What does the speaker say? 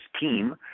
team